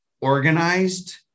organized